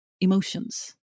emotions